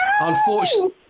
Unfortunately